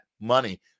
money